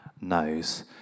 knows